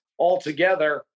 altogether